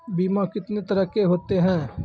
बीमा कितने तरह के होते हैं?